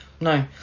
No